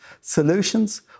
Solutions